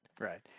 Right